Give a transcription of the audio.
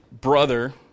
brother